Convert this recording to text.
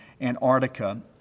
Antarctica